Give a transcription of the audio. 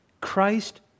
Christ